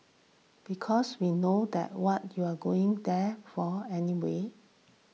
because we know that what you're going there for anyway